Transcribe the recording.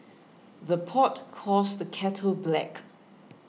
the pot calls the kettle black